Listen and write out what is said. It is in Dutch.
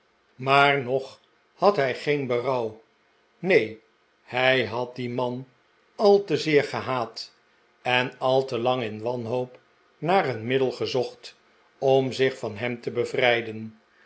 maar nog had hij geen berouw neen hij had dien man al te zeer gehaat en al te lang in wanhoop naar een middel gezocht om zich van hem te bevrijden